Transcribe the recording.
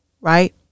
right